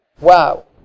Wow